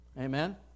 Amen